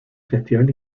festival